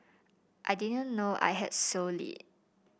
I didn't know I had sole lead